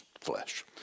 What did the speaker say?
flesh